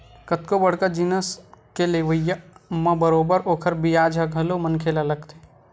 कतको बड़का जिनिस के लेवई म बरोबर ओखर बियाज ह घलो मनखे ल लगथे